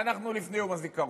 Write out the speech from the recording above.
ואנחנו לפני יום הזיכרון.